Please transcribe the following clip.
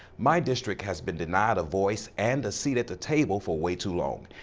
my district has been denied a voice and a seat at the table for way too long.